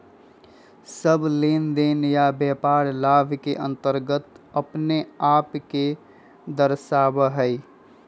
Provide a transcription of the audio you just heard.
सब लेनदेन या व्यापार लाभ के अन्तर्गत अपने आप के दर्शावा हई